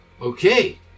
Okay